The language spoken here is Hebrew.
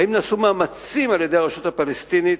האם נעשו מאמצים על-ידי הרשות הפלסטינית